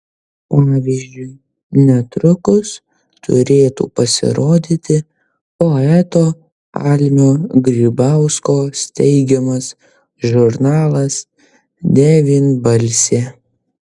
pavyzdžiui netrukus turėtų pasirodyti poeto almio grybausko steigiamas žurnalas devynbalsė